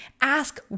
ask